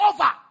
over